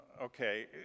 okay